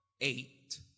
eight